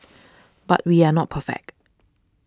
but we are not perfect